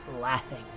laughing